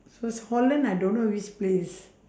first holland I don't know which place